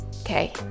Okay